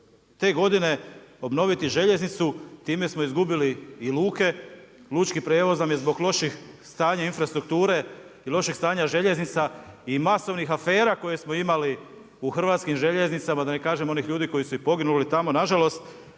te godine obnoviti željeznicu. Time smo izgubili i luke, lučki prijevoz nam je zbog loših stanja infrastrukture i loših stanja željeznica i masovnih afera koje smo imali u HŽ, da ne kažem onih ljudi koji su i poginuli tamo, nažalost,